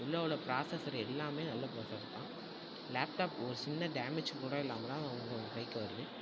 உள்ளே உள்ளே ப்ராசஸர் எல்லாமே நல்ல ப்ராசஸர் தான் லேப்டாப் ஒரு சின்ன டேமேஜ் கூட இல்லாமல் தான் அவங்கவுங்க கைக்கு வருது